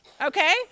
okay